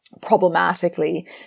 problematically